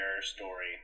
story